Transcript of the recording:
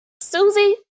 Susie